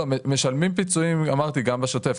משלמים פיצויים גם בשוטף.